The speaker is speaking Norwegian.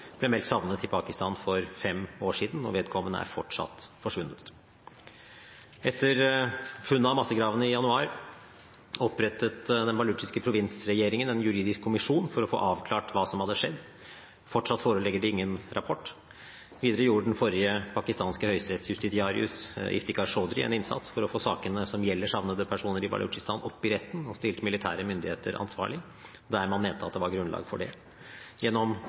ble meldt savnet i Pakistan for fem år siden. Vedkommende er fortsatt forsvunnet. Etter funnet av massegravene i januar opprettet den balutsjiske provinsregjeringen en juridisk kommisjon for å få avklart hva som hadde skjedd. Fortsatt foreligger det ingen rapport. Videre gjorde den forrige pakistanske høyesterettsjustitiarius, Iftikhar Chaudhry, en innsats for å få sakene som gjelder savnede personer i Balutsjistan, opp i retten og stilt militære myndigheter ansvarlig der man mente at det var grunnlag for det. Gjennom